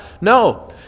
No